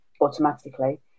automatically